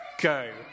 go